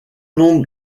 nombre